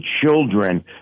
children